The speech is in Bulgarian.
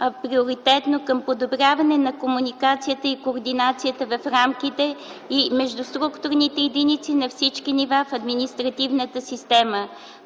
приоритетно към подобряване на комуникацията и координацията в рамките и междуструктурните единици на всички нива в административната система.